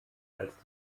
als